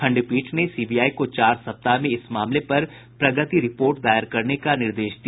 खंडपीठ ने सीबीआई को चार सप्ताह में इस मामले पर प्रगति रिपोर्ट दायर करने का निर्देश दिया